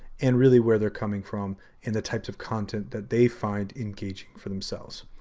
and really where they're coming from in the types of content that they find engaging for themselves.